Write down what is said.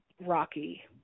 rocky